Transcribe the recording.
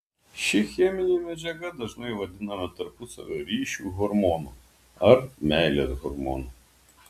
ši cheminė medžiaga dažnai vadinama tarpusavio ryšių hormonu ar meilės hormonu